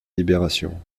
libération